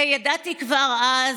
ידעתי כבר אז,